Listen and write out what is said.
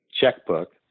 checkbook